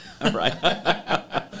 Right